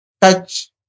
touch